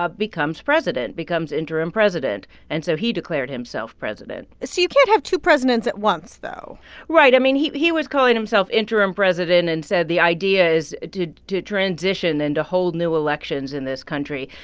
ah becomes president, becomes interim president. and so he declared himself president so you can't have two presidents at once, though right. i mean, he he was calling himself interim president and said the idea is to to transition and to hold new elections in this country.